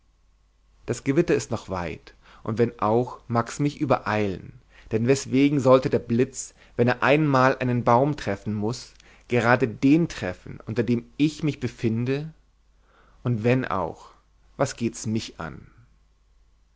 das gewitter ist noch weit und wenn auch mag's mich übereilen denn weswegen soll der blitz wenn er einmal einen baum treffen muß gerade den treffen unter dem ich mich befinde und wenn auch was geht's mich an